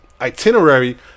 itinerary